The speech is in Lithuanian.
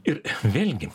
ir vėlgi